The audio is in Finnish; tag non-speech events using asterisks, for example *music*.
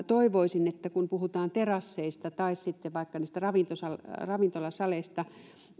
*unintelligible* toivoisin että kun puhutaan terasseista tai sitten vaikka niistä ravintolasaleista